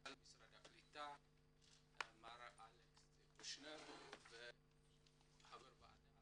מנכ"ל משרד הקליטה מר אלכס קושניר וחבר הוועדה